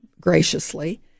graciously